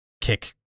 kick